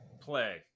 Play